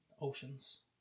Oceans